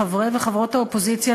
חברי וחברות האופוזיציה,